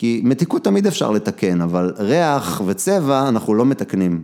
כי מתיקות תמיד אפשר לתקן, אבל ריח וצבע אנחנו לא מתקנים.